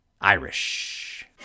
Irish